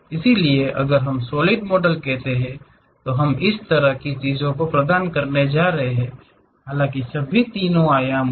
इसलिए अगर हम सॉलिड मॉडल कहते हैं तो हम इस तरह की चीजों को प्रदान करने जा रहे हैं हालांकि सभी तीन आयामी हैं